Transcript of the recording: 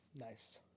Nice